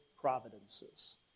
providences